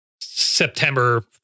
September